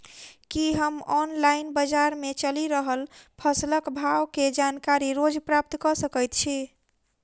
की हम ऑनलाइन, बजार मे चलि रहल फसलक भाव केँ जानकारी रोज प्राप्त कऽ सकैत छी?